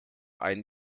einen